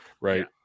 right